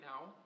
now